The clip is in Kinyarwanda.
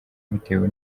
bitewe